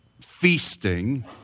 feasting